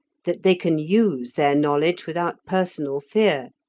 that they can use their knowledge without personal fear,